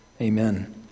Amen